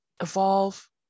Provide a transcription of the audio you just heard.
evolve